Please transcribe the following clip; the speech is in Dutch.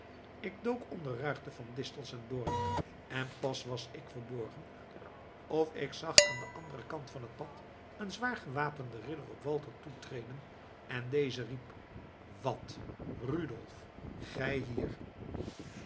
ik dook onder ruigte van distels en doornen en pas was ik verborgen of ik zag aan den anderen kant van het pad een zwaar gewapend ridder op walter toetreden en deze riep wat rudolf gij hier